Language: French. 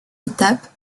étape